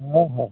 ᱦᱳᱭ ᱦᱳᱭ